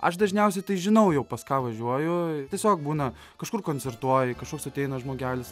aš dažniausiai tai žinau jau pas ką važiuoju tiesiog būna kažkur koncertuoji kažkoks ateina žmogelis